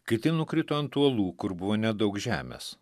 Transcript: kiti nukrito ant uolų kur buvo nedaug žemės